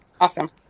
awesome